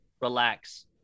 relax